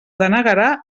denegarà